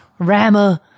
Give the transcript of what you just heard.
rammer